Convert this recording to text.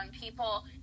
people